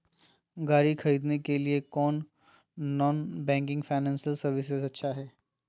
गाड़ी खरीदे के लिए कौन नॉन बैंकिंग फाइनेंशियल सर्विसेज अच्छा है?